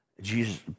Jesus